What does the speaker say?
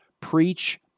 preach